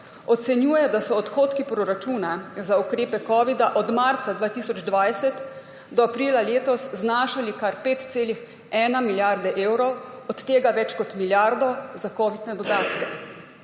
Ocenjuje, da so odhodki proračuna za ukrepe covida od marca 2020 do aprila letos znašali kar 5,1 milijarde evrov, od tega več kot milijardo za covidne dodatke.